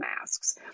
masks